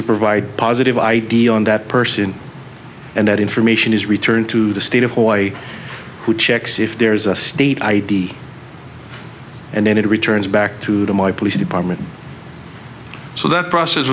to provide positive i d on that person and that information is returned to the state of hawaii who checks if there is a state id and then it returns back to the my police department so that process